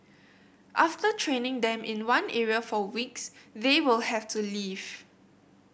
after training them in one area for weeks they will have to leave